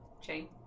Chain